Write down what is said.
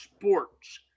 sports